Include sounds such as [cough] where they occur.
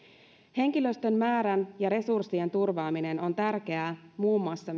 henkilöstön määrän ja resurssien turvaaminen on tärkeää muun muassa [unintelligible]